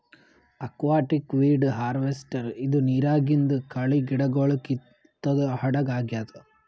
aquatic weed harvester ಇದು ನಿರಾಗಿಂದ್ ಕಳಿ ಗಿಡಗೊಳ್ ಕಿತ್ತದ್ ಹಡಗ್ ಆಗ್ಯಾದ್